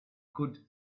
could